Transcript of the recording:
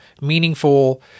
meaningful